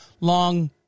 long